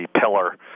pillar